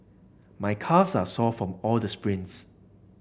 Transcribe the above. my calves are sore from all the sprints